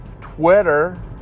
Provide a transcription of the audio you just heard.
Twitter